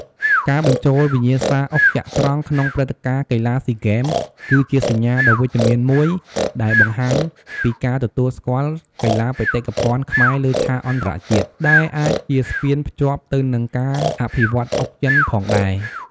ការបញ្ចូលវិញ្ញាសាអុកចត្រង្គក្នុងព្រឹត្តិការណ៍កីឡាស៊ីហ្គេម គឺជាសញ្ញាដ៏វិជ្ជមានមួយដែលបង្ហាញពីការទទួលស្គាល់កីឡាបេតិកភណ្ឌខ្មែរលើឆាកអន្តរជាតិ ដែលអាចជាស្ពានភ្ជាប់ទៅនឹងការអភិវឌ្ឍន៍អុកចិនផងដែរ។